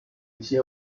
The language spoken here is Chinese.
一些